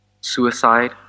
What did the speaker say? Suicide